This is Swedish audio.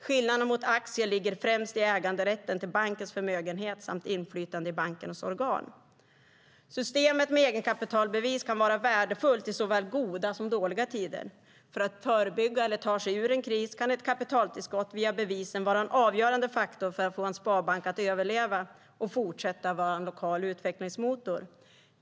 Skillnaden mot aktier ligger främst i äganderätten till bankens förmögenhet samt inflytande i bankens organ. Systemet med egenkapitalbevis kan vara värdefullt i såväl goda som dåliga tider. För att förebygga eller ta sig ur en kris kan ett kapitaltillskott via bevisen vara en avgörande faktor för att en sparbank ska överleva och fortsätta att vara en lokal utvecklingsmotor.